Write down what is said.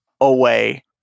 away